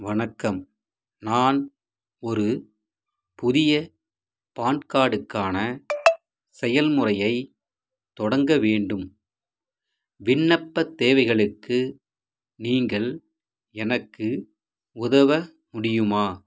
வணக்கம் நான் ஒரு புதிய பான் கார்டுக்கான செயல்முறையைத் தொடங்க வேண்டும் விண்ணப்பத் தேவைகளுக்கு நீங்கள் எனக்கு உதவ முடியுமா